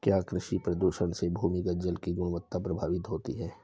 क्या कृषि प्रदूषण से भूमिगत जल की गुणवत्ता प्रभावित होती है?